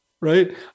right